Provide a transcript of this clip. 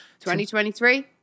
2023